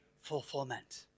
fulfillment